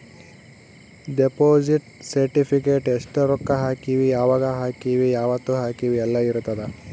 deposit certificate ಎಸ್ಟ ರೊಕ್ಕ ಹಾಕೀವಿ ಯಾವಾಗ ಹಾಕೀವಿ ಯಾವತ್ತ ಹಾಕೀವಿ ಯೆಲ್ಲ ಇರತದ